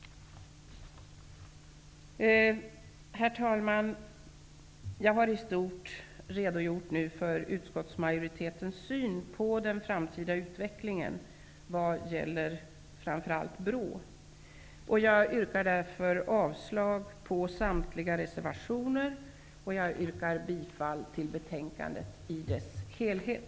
Herr talman! Jag har nu i stort redogjort för utskottsmajoritetens syn på den framtida utvecklingen vad gäller framför allt BRÅ. Jag yrkar avslag på samtliga reservationer och bifall till utskottets hemställan i dess helhet.